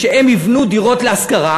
שהם יבנו דירות להשכרה.